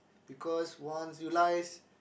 because once you lies